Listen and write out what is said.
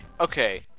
Okay